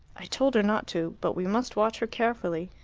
i told her not to but we must watch her carefully,